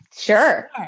sure